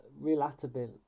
relatability